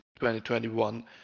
2021